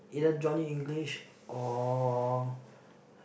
either Johnny English or